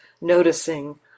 noticing